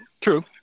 True